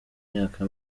myaka